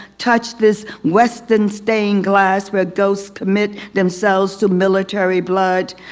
touch this western stained glass where ghosts commit themselves to military blood.